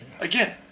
Again